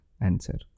answer